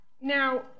Now